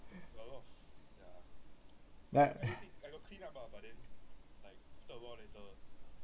like